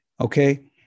Okay